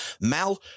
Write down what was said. Mal